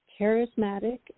charismatic